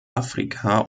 afrika